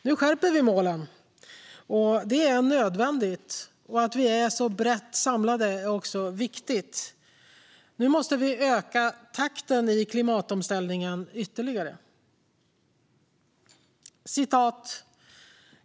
Nu skärper vi målen, och det är nödvändigt. Att vi är så brett samlade är viktigt. Nu måste vi öka takten i klimatomställningen ytterligare.